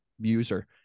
user